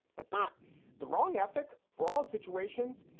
it's not the wrong ethic for all situations.